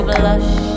blush